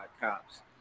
cops